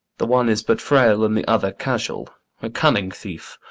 the one is but frail and the other casual a cunning thief,